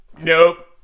nope